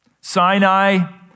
Sinai